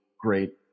great